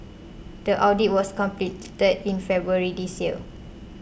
the audit was completed in February this year